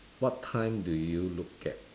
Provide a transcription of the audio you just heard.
what time do you look at